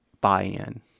buy-in